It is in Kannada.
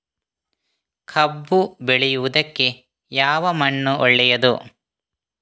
ಕಬ್ಬು ಬೆಳೆಯುವುದಕ್ಕೆ ಯಾವ ಮಣ್ಣು ಒಳ್ಳೆಯದು?